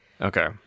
Okay